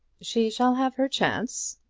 she shall have her chance,